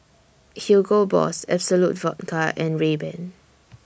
Hugo Boss Absolut Vodka and Rayban